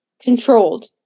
controlled